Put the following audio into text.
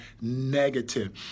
negative